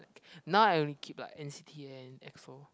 and stuff now I only keep like N_C_T and Exo